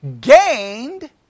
gained